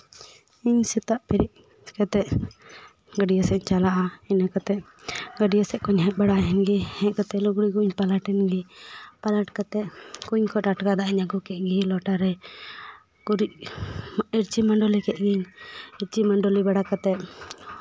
ᱤᱧ ᱥᱮᱛᱟᱜ ᱵᱮᱨᱮᱫ ᱠᱟᱛᱮ ᱜᱟᱹᱰᱭᱟᱹ ᱥᱮᱫ ᱤᱧ ᱪᱟᱞᱟᱜᱼᱟ ᱤᱱᱟᱹ ᱠᱟᱛᱮ ᱜᱟᱹᱰᱭᱟᱹ ᱥᱮᱫ ᱠᱷᱚᱱ ᱦᱮᱡ ᱵᱟᱲᱟᱭᱮᱱ ᱜᱮ ᱦᱮᱡ ᱠᱟᱛᱮ ᱞᱩᱜᱽᱲᱤ ᱠᱚᱹᱧ ᱯᱟᱞᱟᱴ ᱮᱱᱜᱮ ᱯᱟᱞᱟᱴ ᱠᱟᱛᱮ ᱠᱩᱧ ᱠᱷᱚᱱ ᱴᱟᱴᱠᱟ ᱫᱟᱜ ᱤᱧ ᱟᱹᱜᱩ ᱠᱮᱜ ᱜᱮ ᱞᱚᱴᱟᱨᱮ ᱜᱩᱨᱤᱡ ᱤᱨᱪᱤ ᱢᱟᱹᱰᱟᱹᱞᱤ ᱠᱮᱜ ᱜᱤᱧ ᱤᱨᱪᱤ ᱢᱩᱰᱚᱞᱤ ᱵᱟᱲᱟ ᱠᱟᱛᱮᱜ